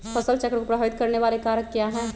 फसल चक्र को प्रभावित करने वाले कारक क्या है?